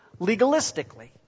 legalistically